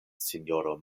sinjoro